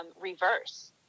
reverse